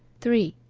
three.